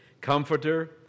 Comforter